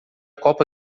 copa